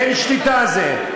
אין שליטה על זה.